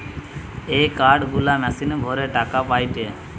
এ card গুলা মেশিনে ভরে টাকা পায়টে